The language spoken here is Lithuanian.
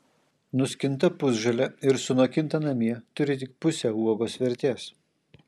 nuskinta pusžalė ir sunokinta namie turi tik pusę uogos vertės